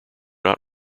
not